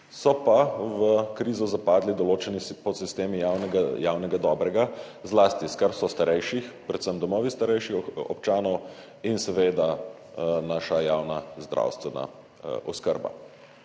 so pa v krizo zapadli določeni podsistemi javnega dobrega, zlasti s skrbjo starejših, predvsem domovi starejših občanov in seveda naša javna zdravstvena oskrba.